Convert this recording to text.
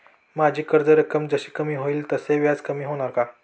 माझी कर्ज रक्कम जशी कमी होईल तसे व्याज कमी होणार का?